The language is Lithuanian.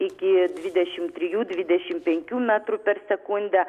iki dvidešim trijų dvidešim penkių metrų per sekundę